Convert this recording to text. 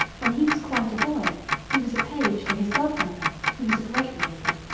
when he was quite a boy he was page to his godmother, who was a great lady.